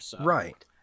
Right